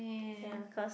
ya cause